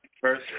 First